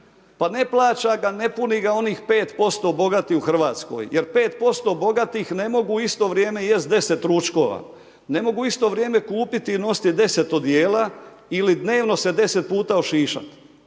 Pa ne plaća ga, ne puni ga onih 5% bogatih u RH jer 5% bogatih ne mogu u isto vrijeme jest 10 ručkova. Ne mogu u isto vrijeme kupiti i nositi 10 odijela ili dnevno se 10 puta ošišati.